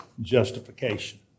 justification